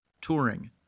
touring